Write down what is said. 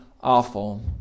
awful